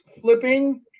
flipping